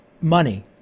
money